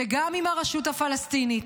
וגם עם הרשות הפלסטינית.